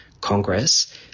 Congress